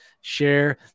Share